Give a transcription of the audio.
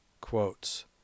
quotes